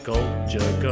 Culture